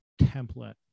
template